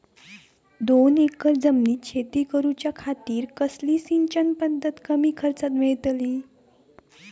दोन एकर जमिनीत शेती करूच्या खातीर कसली सिंचन पध्दत कमी खर्चात मेलतली?